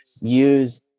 use